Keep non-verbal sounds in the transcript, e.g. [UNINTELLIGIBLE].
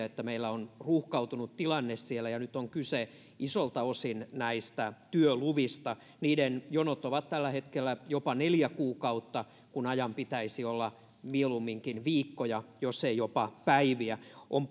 [UNINTELLIGIBLE] että meillä on ruuhkautunut tilanne siellä ja nyt on kyse isolta osin työluvista niiden jonot ovat tällä hetkellä jopa neljä kuukautta kun ajan pitäisi olla mieluumminkin viikkoja jos ei jopa päiviä on [UNINTELLIGIBLE]